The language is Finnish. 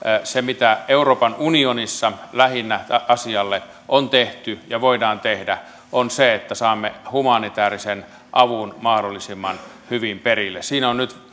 se mitä euroopan unionissa lähinnä asialle on tehty ja voidaan tehdä on se että saamme humanitäärisen avun mahdollisimman hyvin perille nyt